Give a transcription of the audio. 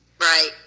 Right